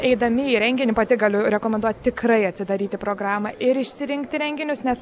eidami į renginį pati galiu rekomenduoti tikrai atsidaryti programą ir išsirinkti renginius nes